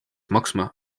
maksma